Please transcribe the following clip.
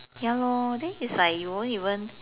ya lor then is like you won't even